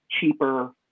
cheaper